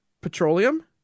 petroleum